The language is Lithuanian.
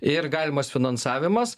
ir galimas finansavimas